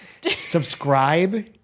subscribe